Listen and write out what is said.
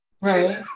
right